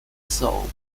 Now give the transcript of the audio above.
solved